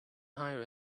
hire